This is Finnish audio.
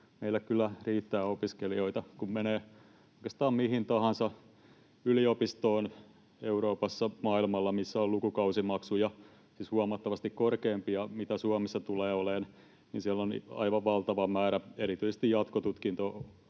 meille kyllä riittää opiskelijoita. Kun menee oikeastaan mihin tahansa yliopistoon Euroopassa, maailmalla, missä on lukukausimaksuja, siis huomattavasti korkeampia kuin Suomessa tulee olemaan, niin siellä on aivan valtava määrä erityisesti jatkotutkinto-ohjelmissa